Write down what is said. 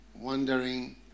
wondering